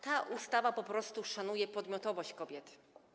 Ta ustawa po prostu szanuje podmiotowość kobiet.